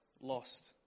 lost